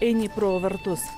eini pro vartus